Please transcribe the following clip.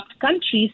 countries